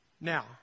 Now